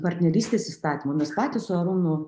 partnerystės įstatymo mes patys su arūnu